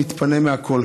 מתפנה מהכול,